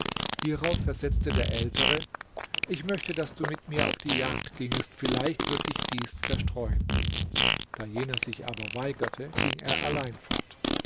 hierauf versetzte der ältere ich möchte daß du mit mir auf die jagd gingest vielleicht wird dich dies zerstreuen da jener sich aber weigerte ging er allein fort